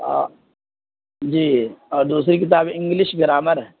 آ جی اور دوسری کتاب انگلش گرامر ہے